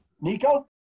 Nico